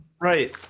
right